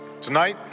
Tonight